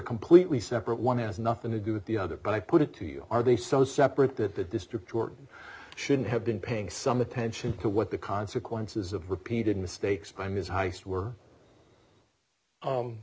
completely separate one has nothing to do with the other but i put it to you are they so separate that the district court shouldn't have been paying some attention to what the consequences of repeated mistakes by ms heist were